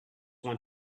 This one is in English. want